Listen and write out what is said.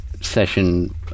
session